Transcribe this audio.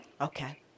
Okay